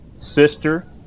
sister